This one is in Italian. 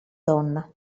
donna